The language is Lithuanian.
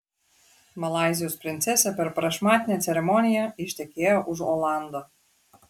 malaizijos princesė per prašmatnią ceremoniją ištekėjo už olando